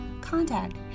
contact